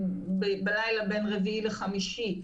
בלילה בין רביעי לחמישי,